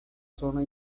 sonra